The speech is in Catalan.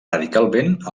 radicalment